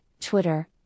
Twitter